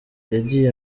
yagiye